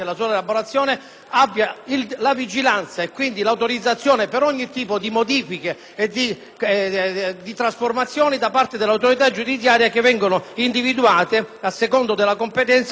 abbia la vigilanza e, quindi, l'autorizzazione per ogni tipo di modifica e di trasformazione da parte dell'autorità giudiziaria, che viene individuata nel procuratore